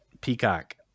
Peacock